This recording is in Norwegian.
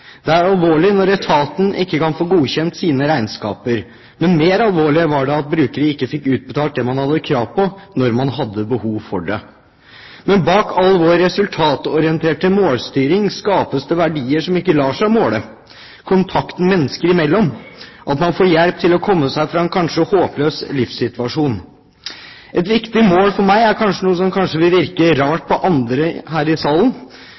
Det er alvorlig når etaten ikke kan få godkjent sine regnskaper, men mer alvorlig var det at brukere ikke fikk utbetalt det man hadde krav på når man hadde behov for det. Men bak all vår resultatorienterte målstyring skapes det verdier som ikke lar seg måle, som kontakten mennesker imellom og at man får hjelp til å komme seg bort fra en håpløs livssituasjon. Et viktig mål for meg er noe som kanskje vil virke rart for andre her i salen,